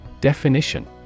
Definition